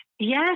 Yes